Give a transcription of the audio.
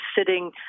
sitting